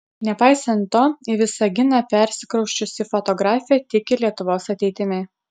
nepaisant to į visaginą persikrausčiusi fotografė tiki lietuvos ateitimi